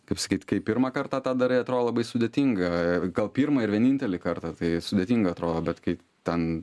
kaip sakyt kai pirmą kartą tą darai atro labai sudėtinga gal pirmą ir vienintelį kartą tai sudėtinga atrodo bet kai ten